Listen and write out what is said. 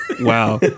Wow